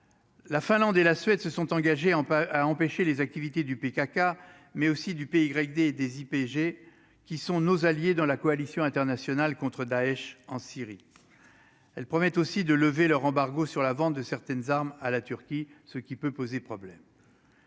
la Finlande et la Suède se sont engagés en pas à empêcher les activités du PKK mais aussi du pays Grecs des des IPG qui sont nos alliés dans la coalition internationale contre Daech en Syrie, elle promet aussi de lever leur embargo sur la vente de certaines armes à la Turquie, ce qui peut poser problème.